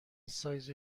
سایز